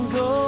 go